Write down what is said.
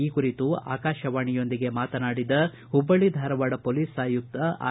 ಈ ಕುರಿತು ಆಕಾಶವಾಣಿಯೊಂದಿಗೆ ಮಾತನಾಡಿದ ಹುಬ್ಬಳ್ಳಿ ಧಾರವಾಡ ಪೊಲೀಸ್ ಆಯುಕ್ತ ಆರ್